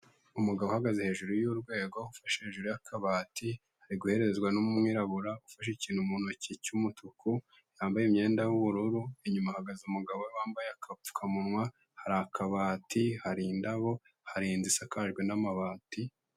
Umugabo uhagaze hejuru y'urwego, ufashe hejuru y'akabati, ari guherezwa n'umwirabura ufashe ikintu mu ntoki cy'umutuku, yambaye imyenda y'ubururu, inyuma hahagaze umugabo we wambaye apfukamunwa, hari akabati, hari indabo, hari inzu isakajwe n'amabati.